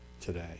today